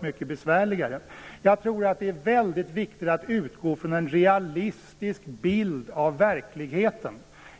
mycket besvärligare. Jag tror att det är väldigt viktigt att utgå från en realistisk bild av verkligheten.